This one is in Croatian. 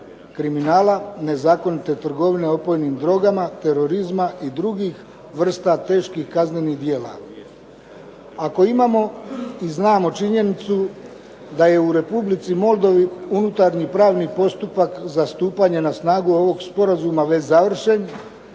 kriminala, nezakonite trgovine opojnim drogama, terorizma i drugih vrsta teških kaznenih djela. Ako imamo i znamo činjenicu da je u Republici Moldovi unutarnji pravni postupak za stupanja na snagu ovog sporazuma već završen,